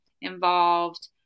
involved